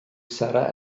sarra